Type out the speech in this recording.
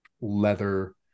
leather